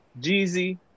Jeezy